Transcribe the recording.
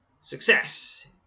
Success